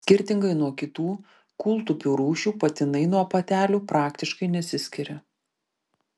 skirtingai nuo kitų kūltupių rūšių patinai nuo patelių praktiškai nesiskiria